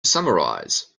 summarize